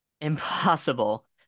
impossible